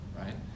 Right